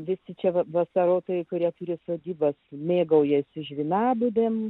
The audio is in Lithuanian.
visi tie vasarotojai kurie turi sodybas mėgaujasi žvynabudėmis